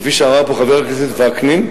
כפי שאמר פה חבר הכנסת וקנין,